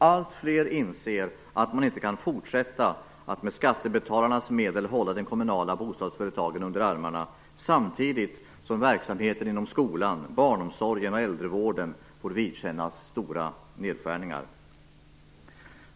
Alltfler inser att man inte kan fortsätta att med skattebetalarnas medel hålla de kommunala bostadsföretagen under armarna, samtidigt som verksamheten inom skolan, barnomsorgen och äldrevården får vidkännas stora nedskärningar.